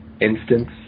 instance